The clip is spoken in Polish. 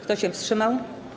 Kto się wstrzymał?